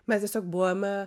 mes tiesiog buvome